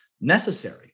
necessary